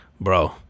bro